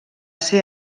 ser